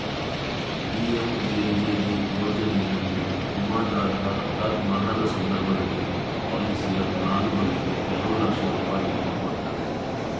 PMJJB ಯೋಜನೆನಲ್ಲಿ ವಿಮಾದಾರರ ಹಠಾತ್ ಮರಣದ ಸಂದರ್ಭದಲ್ಲಿ ಪಾಲಿಸಿಯ ಫಲಾನುಭವಿಗೆ ಎರಡು ಲಕ್ಷ ರೂಪಾಯಿಯನ್ನ ಕೊಡ್ತದೆ